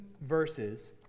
verses